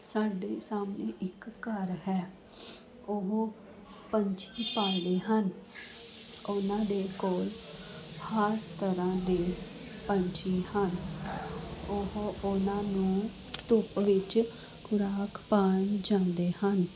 ਸਾਡੇ ਸਾਹਮਣੇ ਇੱਕ ਘਰ ਹੈ ਉਹ ਪੰਛੀ ਪਾਲਦੇ ਹਨ ਉਹਨਾਂ ਦੇ ਕੋਲ ਹਰ ਤਰ੍ਹਾਂ ਦੇ ਪੰਛੀ ਹਨ ਉਹ ਉਹਨਾਂ ਨੂੰ ਧੁੱਪ ਵਿੱਚ ਖੁਰਾਕ ਪਾ ਜਾਂਦੇ ਹਨ